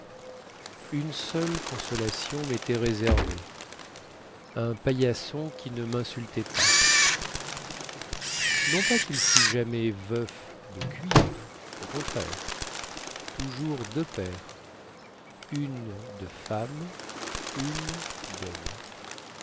une seule consolation métait réservée un paillasson qui ne minsultait pas non pas quil fût jamais veuf de cuir au contraire toujours deux paires une de femme une dhomme